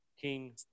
king